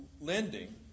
lending